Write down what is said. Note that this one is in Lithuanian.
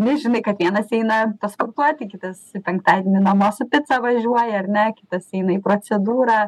nu žinai kad vienas eina pasportuoti kitas penktadienį namo su pica važiuoja ar ne kitas eina į procedūrą